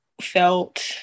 felt